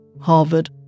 Harvard